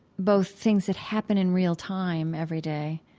both things that happen in real time every day,